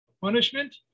punishment